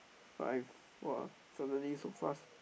five !wah! suddenly so fast